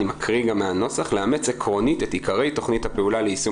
אני מקריא גם מהנוסח: "לאמץ עקרונית את עיקרי תכנית הפעולה ליישום